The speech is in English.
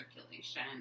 circulation